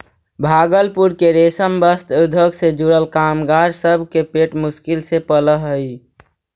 भागलपुर के रेशम वस्त्र उद्योग से जुड़ल कामगार सब के पेट मुश्किल से पलऽ हई